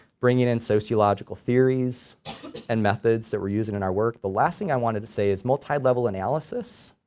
bringing in sociological theories and methods that we're using in our work the last thing i wanted to say is multi-level analysis